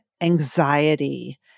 anxiety